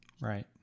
Right